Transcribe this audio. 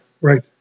Right